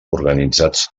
organitzats